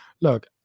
Look